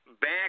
back